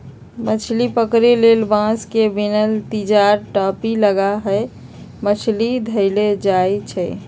मछरी पकरे लेल बांस से बिनल तिजार, टापि, लगा क मछरी धयले जाइ छइ